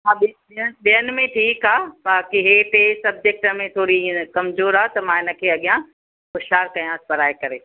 हा हा ॿियनि में ठीकु आहे बाक़ी ही टे सबजेक्ट में थोरी इहा कमज़ोरु आहे त मां हिन खे अॻियां होशियारु कयांसि पढ़ाए करे